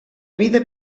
vida